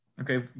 Okay